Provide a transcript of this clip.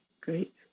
Great